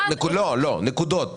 נקודות.